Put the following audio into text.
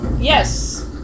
Yes